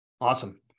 Awesome